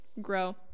grow